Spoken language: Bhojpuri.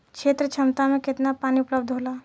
क्षेत्र क्षमता में केतना पानी उपलब्ध होला?